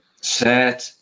sad